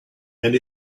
and